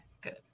good